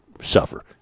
suffer